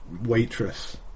waitress